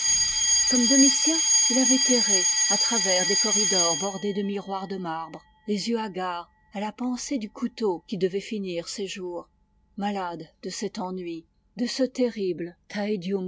gomme domitien il avait erré à travers des corridors bordés de miroirs de marbre les yeux hagards à la pensée du couteau qui devait finir ses jours malade de cet ennui de ce terrible